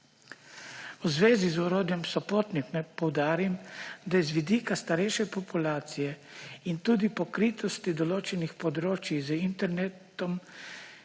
V zvezi z orodjem SOPOTNIK naj poudarim, da je z vidika starejše populacije in tudi pokritosti določenih področij z internetom